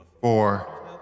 Four